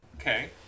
Okay